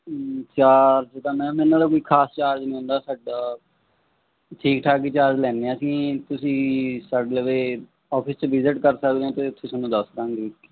charge ਤਾਂ ਮੈਂ ਇਹਨਾਂ ਦਾ ਕੋਈ ਖਾਸ ਚਾਰਜ ਨਹੀਂ ਹੁੰਦਾ ਸਾਡਾ ਠੀਕ ਠਾਕ ਹੀ ਚਾਰਜ ਲੈਦੇ ਆ ਅਸੀਂ ਤੁਸੀਂ ਸਾਡੇ ਲਵੇ ਆਫਿਸ 'ਚ ਵਿਜਿਟ ਕਰ ਸਕਦੇ ਹੋ ਤੇ ਤੁਸੀਂ ਮੈਨੂੰ ਦੱਸ ਦਵਾਂਗੇ